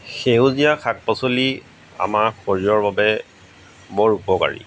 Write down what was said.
সেউজীয়া শাক পাচলি আমাৰ শৰীৰৰ বাবে বৰ উপকাৰী